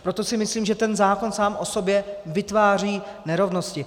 Proto si myslím, že ten zákon sám o sobě vytváří nerovnosti.